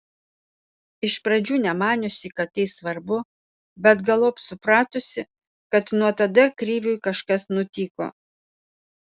iš pradžių nemaniusi kad tai svarbu bet galop supratusi kad nuo tada kriviui kažkas nutiko